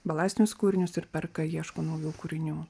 balastinius kūrinius ir perka ieško naujų kūrinių